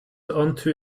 onto